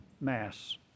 mass